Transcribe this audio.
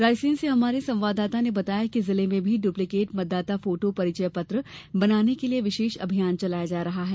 रायसेन से हमारे संवाददाता ने बताया है कि जिले में भी इप्लीकेट मतदाता फोटो परिचय पत्र बनाने के लिये विशेष अभियान चलाया जा रहा है